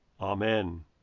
Amen